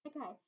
Okay